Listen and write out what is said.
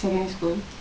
secondary school